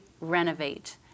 renovate